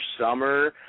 Summer